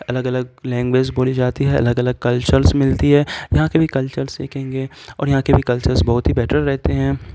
الگ الگ لینگویز بولی جاتی ہے الگ الگ کلچرس ملتی ہے یہاں کے بھی کلچرس سیکھیں گے اور یہاں کے بھی کلچرس بہت ہی بیٹر رہتے ہیں